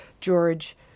George